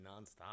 nonstop